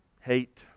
hate